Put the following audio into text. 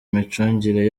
imicungire